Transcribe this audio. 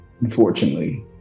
unfortunately